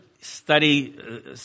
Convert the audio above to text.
study